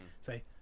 say